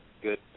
Good